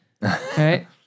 Right